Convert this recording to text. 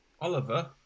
Oliver